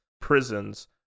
prisons